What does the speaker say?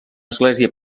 església